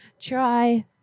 Try